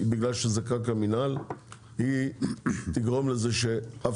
בגלל שזה קרקע מינהל היא תגרום לזה שאף